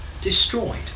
destroyed